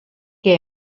què